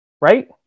right